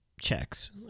checks